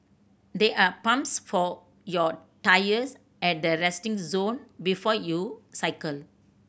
there are pumps for your tyres at the resting zone before you cycle